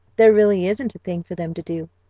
there really isn't a thing for them to do,